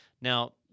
Now